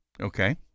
Okay